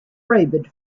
rabid